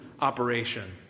operation